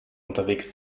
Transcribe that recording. unterwegs